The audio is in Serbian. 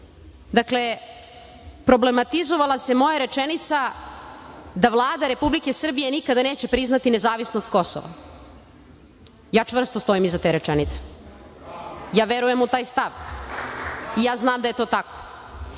Dakle, problematizovala se moja rečenica da Vlada Republike Srbije nikada neće priznati nezavisnost Kosova. Ja čvrsto stojim iza te rečenice. Ja verujem u taj stav. Ja znam da je to tako. Danas